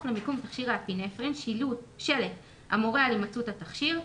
למיקום תכשיר האפינפרין שלט המורה על הימצאות התכשיר,